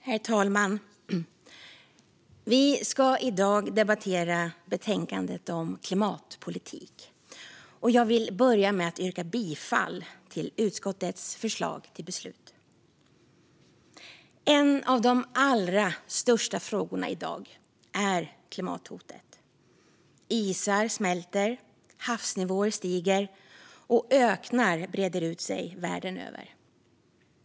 Herr talman! Vi ska i dag debattera betänkandet om klimatpolitik. Jag vill börja med att yrka bifall till utskottets förslag till beslut. En av de allra största frågorna i dag är klimathotet. Isar smälter, havsnivåer stiger och öknar breder ut sig världen över.